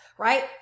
Right